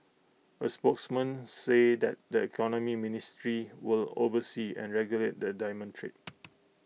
A spokesman says that the economy ministry will oversee and regulate the diamond trade